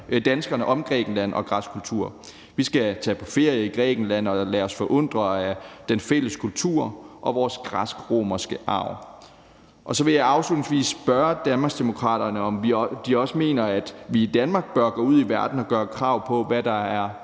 danskerne om Grækenland og græsk kultur. Vi skal tage på ferie i Grækenland og lade os forundre af den fælles kultur og vores græsk-romerske arv. Afslutningsvis vil jeg spørge Danmarksdemokraterne, om de også mener, at vi i Danmark bør gå ud i verden og gøre krav på, hvad der er